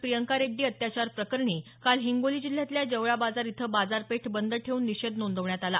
प्रियंका रेड्डी अत्याचार प्रकरणी काल हिंगोली जिल्ह्यातल्या जवळा बाजार इथं बाजारपेठ बंद ठेऊन निषेध नोंदवण्यात आला